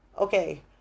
okay